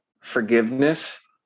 forgiveness